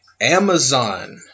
Amazon